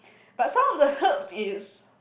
but some of the herbs is